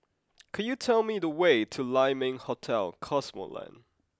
could you tell me the way to Lai Ming Hotel Cosmoland